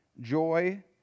joy